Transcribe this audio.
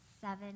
seven